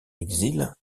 exil